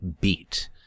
beat